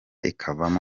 ikavamo